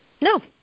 No